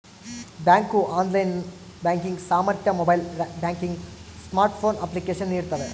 bank online banking ಸಾಮರ್ಥ್ಯ mobile banking smartphone application ನೀಡ್ತವೆ